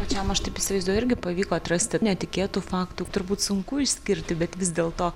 pačiam aš taip įsivaizduoju irgi pavyko atrasti netikėtų faktų turbūt sunku išskirti bet vis dėl to